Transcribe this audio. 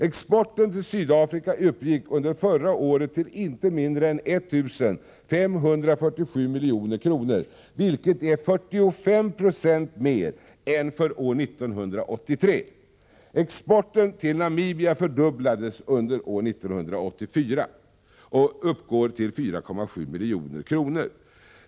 Exporten till Sydafrika uppgick under förra året till inte mindre än 1 547 milj.kr., vilket är 45 90 mer än för år 1983. Exporten till Namibia fördubblades under år 1984 och uppgår till 4,7 milj.kr.